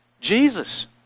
Jesus